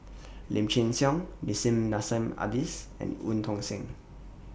Lim Chin Siong Nissim Nassim Adis and EU Tong Sen